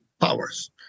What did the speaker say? powers